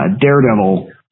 Daredevil